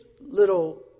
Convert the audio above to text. little